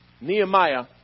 Nehemiah